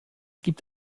gibt